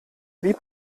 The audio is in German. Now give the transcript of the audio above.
lieb